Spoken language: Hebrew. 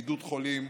בידוד חולים,